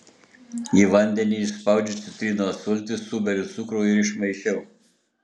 į vandenį išspaudžiu citrinos sultis suberiu cukrų ir išmaišiau